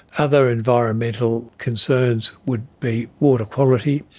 other environmental concerns would be water quality.